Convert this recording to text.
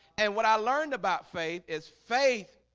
and what i learned about faith is faith